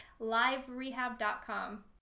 liverehab.com